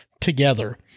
together